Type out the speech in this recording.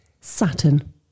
Saturn